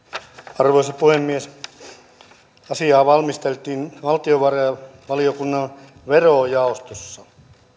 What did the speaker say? arvoisa puhemies asiaa valmisteltiin valtiovarainvaliokunnan verojaostossa